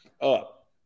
up